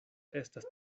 estas